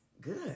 good